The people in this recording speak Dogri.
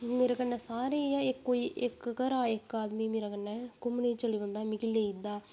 मेरे कन्रे सारे इ'यां कोई इक घरे दा कोई इक आदमी मेरे कन्ने धूमने गी चली पौंदा मिकी लेई जंदा